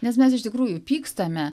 nes mes iš tikrųjų pykstame